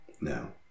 No